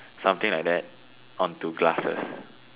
something like that on two glasses